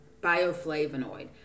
bioflavonoid